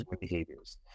behaviors